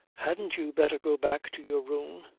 hadn't you better go back to your room.